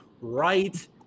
right